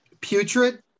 Putrid